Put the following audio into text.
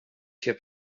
się